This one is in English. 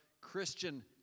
Christian